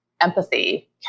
empathy